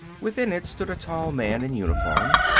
within it stood a tall man in uniform.